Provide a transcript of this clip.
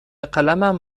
قلمم